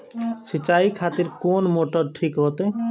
सीचाई खातिर कोन मोटर ठीक होते?